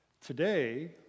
Today